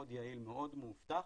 מאוד יעיל ומאוד מאובטח,